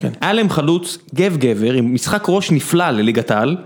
היה להם חלוץ גב גבר, עם משחק ראש נפלא לליגת העל